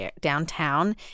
downtown